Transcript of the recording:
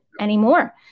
anymore